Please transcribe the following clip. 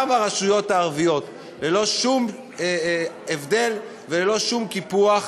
גם הרשויות הערביות, ללא שום הבדל וללא שום קיפוח.